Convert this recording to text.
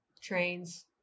trains